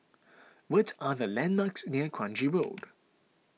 what are the landmarks near Kranji Road